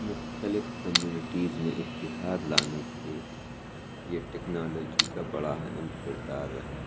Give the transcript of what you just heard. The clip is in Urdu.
مختلف کمیونیٹیز میں اتحاد لانے کے یہ ٹیکنالوجی کا بڑا اہم کردار رہا ہے